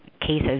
cases